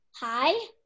Hi